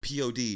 Pod